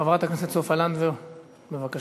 חברת הכנסת סופה לנדבר, בבקשה.